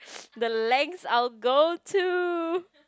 the lengths I will go to